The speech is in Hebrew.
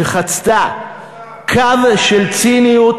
שחצתה קו של ציניות.